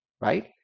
right